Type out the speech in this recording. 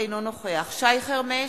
אינו נוכח שי חרמש,